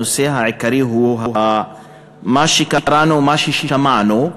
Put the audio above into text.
הנושא העיקרי הוא מה שקראנו ומה ששמענו,